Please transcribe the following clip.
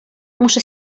muszę